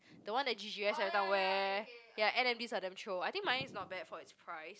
the one that G_G_S everytime wear ya N_M_Ds are damn chio I think mine is not bad for its price